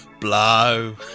blow